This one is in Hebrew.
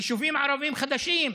יישובים ערביים חדשים,